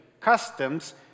customs